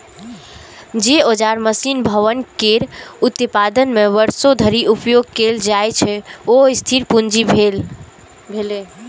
जे औजार, मशीन, भवन केर उत्पादन मे वर्षों धरि उपयोग कैल जाइ छै, ओ स्थिर पूंजी भेलै